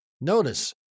Notice